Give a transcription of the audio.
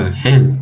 hell